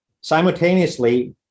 simultaneously